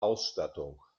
ausstattung